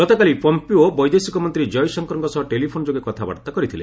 ଗତକାଲି ପମ୍ପିଓ ବୈଦେଶିକ ମନ୍ତ୍ରୀ ଜୟଶଙ୍କରଙ୍କ ସହ ଟେଲିଫୋନ୍ ଯୋଗ କଥାବାର୍ଭା କରିଥିଲେ